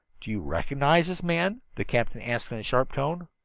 do you recognize this man? the captain asked in a sharp tone.